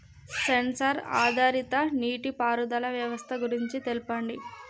Censor ఆధారిత నీటిపారుదల వ్యవస్థ గురించి తెల్పండి?